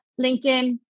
LinkedIn